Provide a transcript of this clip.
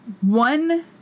one